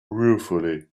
ruefully